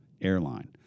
airline